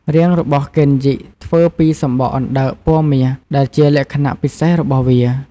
រាងរបស់កេនយិធ្វើពីសំបកអណ្តើកពណ៌មាស ដែលជាលក្ខណៈពិសេសរបស់វា។